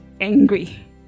angry